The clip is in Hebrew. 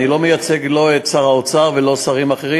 אני מייצג לא את שר האוצר ולא שרים אחרים.